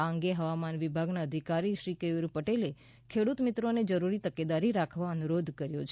આ અંગે હવામાન વિભાગનાં અધિકારી શ્રી કેયુર પટેલે ખેડૂત મિત્રોને જરૂરી તકેદારી રાખવા અનુરોધ કર્યો છે